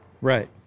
Right